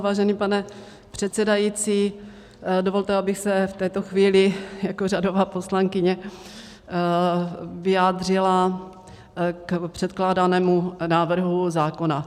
Vážený pane předsedající, dovolte, abych se v této chvíli jako řadová poslankyně vyjádřila k předkládanému návrhu zákona.